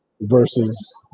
versus